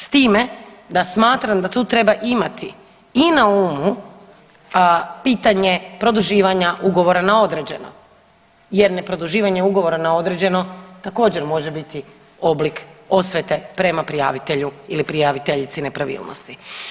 S time da smatram da tu treba imati i na umu pitanje produživanja ugovora na određeno, jer ne produživanje ugovora na određeno također može biti oblik osvete prema prijavitelju ili prijaviteljici nepravilnosti.